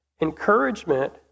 Encouragement